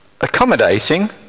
accommodating